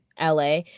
la